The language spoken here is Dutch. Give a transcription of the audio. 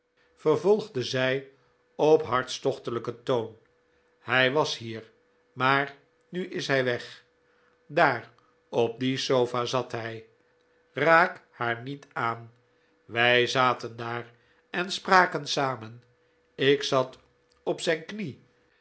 vervolgde zij op hartstochtelijker toon hij was hier maar nu is hij weg daar op die sofa zat hij raak haar niet aan wij zaten daar en spraken samen ik zat op zijn knie